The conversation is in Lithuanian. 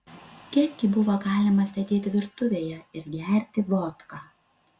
kiek gi buvo galima sėdėti virtuvėje ir gerti vodką